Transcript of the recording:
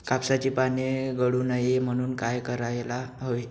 कापसाची पाने गळू नये म्हणून काय करायला हवे?